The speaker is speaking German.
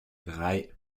drei